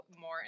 more